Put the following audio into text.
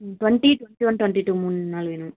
ம் twenty twenty one twenty two மூணு நாள் வேணும்